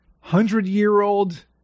hundred-year-old